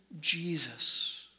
Jesus